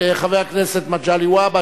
חבר הכנסת מגלי והבה,